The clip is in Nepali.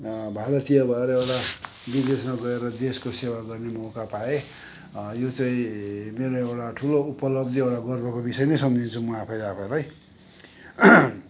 भारतीय भएर एउटा विदेशमा गएर देशको सेवा गर्ने मौका पाएँ यो चाहिँ मेरो एउटा ठुलो उपलब्धि एउटा गर्वको बिषय नै सम्झिन्छु म आफैले आफैलाई